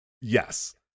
Yes